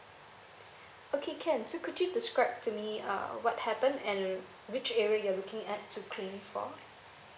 okay can so could you describe to me uh what happened and which area you are looking at to claim for